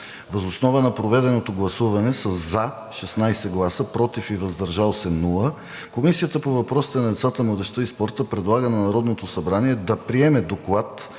Въз основа на проведеното гласуване – с 16 гласа „за“, без „против“ и „въздържал се“, Комисията по въпросите на децата, младежта и спорта предлага на Народното събрание да приеме Доклад